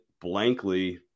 blankly